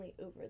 over